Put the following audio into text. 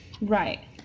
right